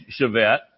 Chevette